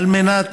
על מנת